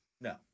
No